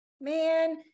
man